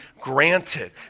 granted